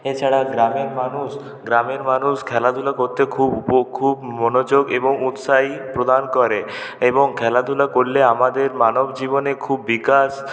এছাড়া গ্রামের মানুষ গ্রামের মানুষ খেলাধুলা করতে খুব উপ খুব মনোযোগ এবং উৎসাহ প্রদান করে এবং খেলাধুলা করলে আমাদের মানব জীবনে খুব বিকাশ